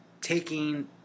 taking